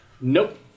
nope